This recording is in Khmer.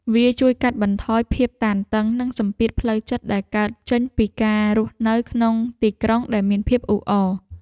វាជួយកាត់បន្ថយភាពតានតឹង និងសម្ពាធផ្លូវចិត្តដែលកើតចេញពីការរស់នៅក្នុងទីក្រុងដែលមានភាពអ៊ូអរ។